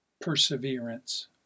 perseverance